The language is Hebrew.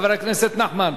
חבר הכנסת נחמן.